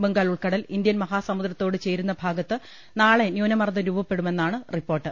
ബംഗാൾ ഉൾക്കടൽ ഇന്ത്യൻ മഹാസമുദ്ര ത്തോട് ചേരുന്ന ഭാഗത്ത് നാളെ ന്യൂനമർദ്ദർ രൂപ്പപ്പെടുമെന്നാണ് റിപ്പോർട്ട്